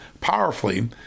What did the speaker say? powerfully